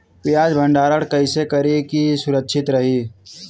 प्याज के भंडारण कइसे करी की सुरक्षित रही?